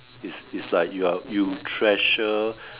is is like you are you treasure